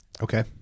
Okay